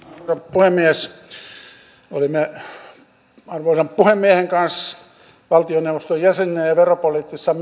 puhemies olimme arvoisan puhemiehen kanssa valtioneuvoston jäseninä ja veropoliittisessa